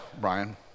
Brian